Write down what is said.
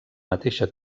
mateixa